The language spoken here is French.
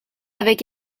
avec